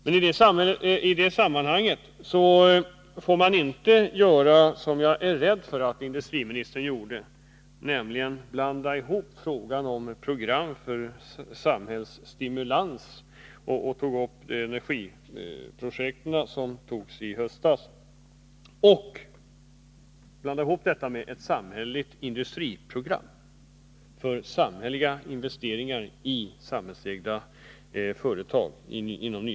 Men i sammanhanget får man inte göra som jag är rädd för att industriministern gjorde, nämligen blanda ihop frågan om program för samhällsstimulans — han berörde därvid enenergiprojekten från i höstas — med ett samhälleligt industriprogram innebärande investeringar i ny teknik i samhällsägda företag.